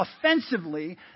offensively